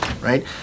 right